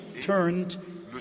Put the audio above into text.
turned